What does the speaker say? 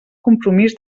compromís